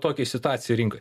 tokiai situacijai rinkoje